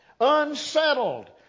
Unsettled